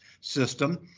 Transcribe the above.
system